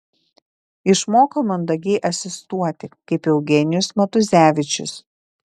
išmoko mandagiai asistuoti kaip eugenijus matuzevičius